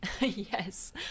Yes